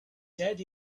dead